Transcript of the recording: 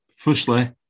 Firstly